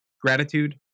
gratitude